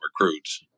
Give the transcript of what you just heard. recruits